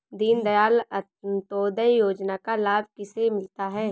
दीनदयाल अंत्योदय योजना का लाभ किसे मिलता है?